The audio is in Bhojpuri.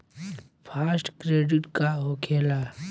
फास्ट क्रेडिट का होखेला?